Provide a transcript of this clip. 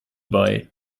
bei